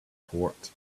port